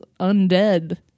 undead